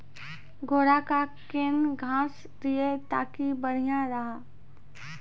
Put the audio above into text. घोड़ा का केन घास दिए ताकि बढ़िया रहा?